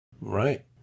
Right